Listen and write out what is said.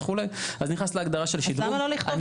אז זה נכנס להגדרה של שדרוג.